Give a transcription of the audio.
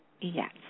Yes